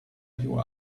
you